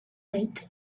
night